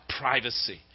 privacy